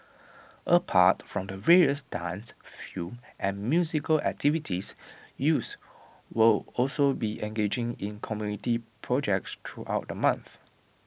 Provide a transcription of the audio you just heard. apart from the various dance film and musical activities youths will also be engaging in community projects throughout the month